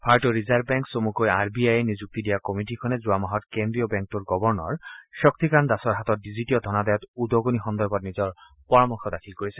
ভাৰতীয় reserve bank চমুকৈ R B আইয়ে নিযুক্তি দিয়া কমিটিখনে যোৱা মাহত কেন্দ্ৰীয় বেংকটোৰ গৱৰ্ণৰ শক্তিকান্ত দাসৰ হাতত ডিজিটীয় ধনাদায়ত উদগনি সন্দৰ্ভত নিজৰ পৰামৰ্শ দাখিল কৰিছিল